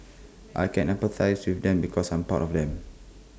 I can empathise with them because I'm part of them